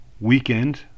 weekend